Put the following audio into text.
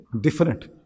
different